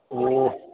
ഓ